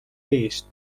ees